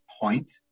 point